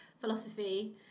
philosophy